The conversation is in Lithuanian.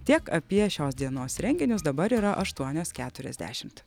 tiek apie šios dienos renginius dabar yra aštuonios keturiasdešimt